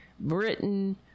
Britain